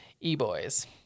e-boys